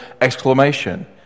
exclamation